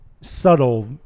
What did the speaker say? subtle